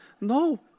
no